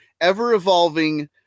ever-evolving